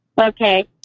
Okay